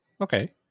okay